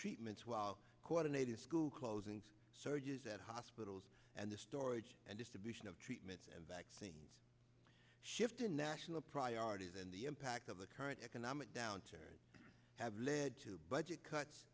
treatments well coordinated school closings surges at hospitals and the storage and distribution of treatments and vaccines shift in national priorities and the impact of the current economic downturn have led to budget cuts